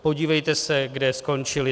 Podívejte se, kde skončili.